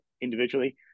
individually